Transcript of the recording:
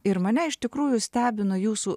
ir mane iš tikrųjų stebino jūsų